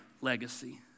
legacy